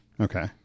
Okay